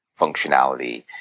functionality